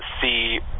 see